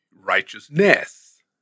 righteousness